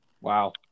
Wow